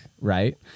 right